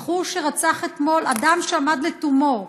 הבחור שרצח אתמול אדם שעמד לתומו,